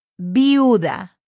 viuda